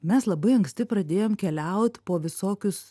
mes labai anksti pradėjom keliaut po visokius